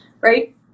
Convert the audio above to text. right